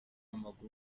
w’amaguru